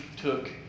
took